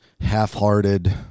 half-hearted